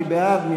מי בעד?